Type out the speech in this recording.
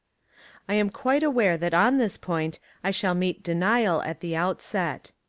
i am quite aware that on this point i shall meet denial at the outset.